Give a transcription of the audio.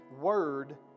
word